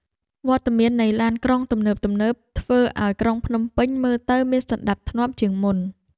វត្តមាននៃឡានក្រុងទំនើបៗធ្វើឱ្យក្រុងភ្នំពេញមើលទៅមានសណ្ដាប់ធ្នាប់ជាងមុន។